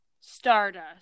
Stardust